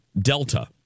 Delta